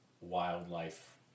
wildlife